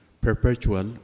perpetual